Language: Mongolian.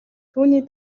түүний